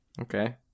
Okay